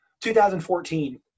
2014